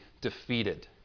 defeated